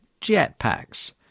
jetpacks